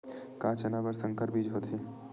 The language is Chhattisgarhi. का चना बर संकर बीज होथे?